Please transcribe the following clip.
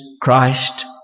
Christ